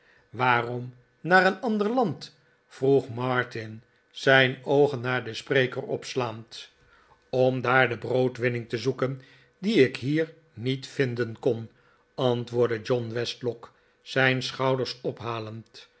waarom naar een ander land vroeg martin zijn oogen naar den spreker opslaand om daar de broodwinning te zoeken die ik hier niet vinden kon antwoordde john westlock zijn schouders ophalend